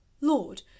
Lord